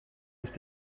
ist